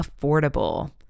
affordable